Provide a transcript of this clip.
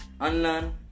unlearn